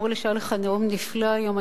אמרו לי שהיה לך נאום נפלא היום,